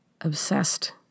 obsessed